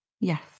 Yes